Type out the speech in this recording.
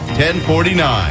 1049